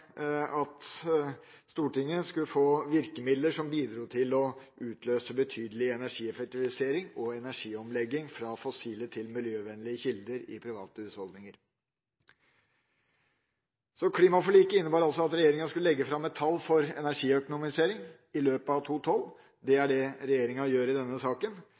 at Stortinget skulle få framlagt forslag til virkemidler som kunne bidra til å utløse betydelig energieffektivisering og energiomlegging fra fossile til miljøvennlige kilder i private husholdninger. Klimaforliket innebar altså at regjeringa skulle legge fram et tall for energiøkonomisering i løpet av 2012. Det er det regjeringa gjør i denne saken.